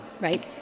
right